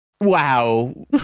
wow